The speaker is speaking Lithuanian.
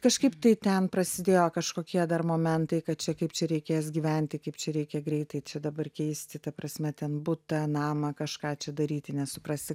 kažkaip tai ten prasidėjo kažkokie dar momentai kad čia kaip čia reikės gyventi kaip čia reikia greitai čia dabar keisti ta prasme ten butą namą kažką čia daryti nesuprasi